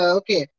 okay